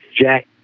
Jack